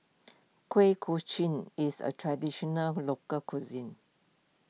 Kuih Kochi is a Traditional Local Cuisine